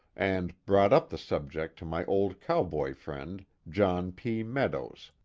and brought up the subject to my old cowboy friend, john p. meadows.